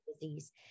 disease